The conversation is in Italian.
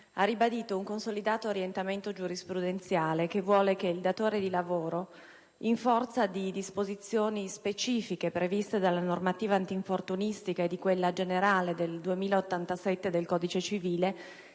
ha ribadito un consolidato orientamento giurisprudenziale che vuole che il datore di lavoro, in forza delle disposizioni specifiche previste dalla normativa antinfortunistica e di quella generale di cui all'articolo 2087 del codice civile,